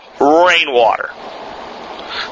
rainwater